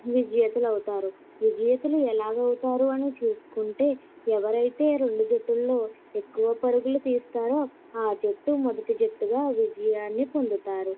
విజేతలు అవుతారు విజయేతలు ఎలా అవుతారని చూసుకుంటే ఎవరైతే రెండు జట్టుల్లో ఎక్కువ పరుగులు తీస్తారో ఆ జట్టు మొదటి జట్టుగా విజయాన్ని పొందుతారు